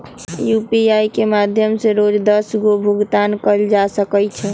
UPI के माध्यम से रोज दस गो भुगतान कयल जा सकइ छइ